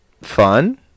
fun